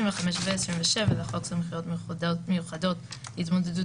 25 ו-27 לחוק סמכויות מיוחדות להתמודדות